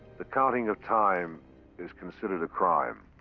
the counting of time is considered a crime.